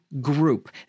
group